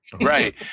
Right